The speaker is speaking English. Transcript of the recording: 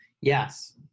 Yes